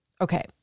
Okay